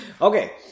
Okay